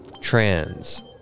trans